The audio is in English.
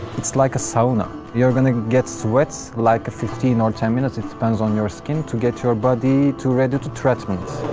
it's like a sauna. you're gonna get sweats like fifteen or ten minutes, it depends on your skin, to get your body ready to treatments.